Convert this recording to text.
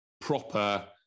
proper